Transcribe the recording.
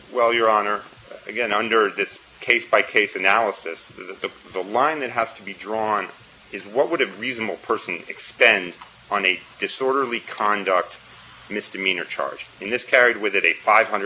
line that has to be drawn is what would have a reasonable person expends on a disorderly conduct misdemeanor charge and this carried with it a five hundred seventy five dollars fine and i would i would offer this probably the most expensive